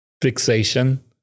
fixation